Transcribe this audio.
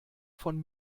von